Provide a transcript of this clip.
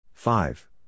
Five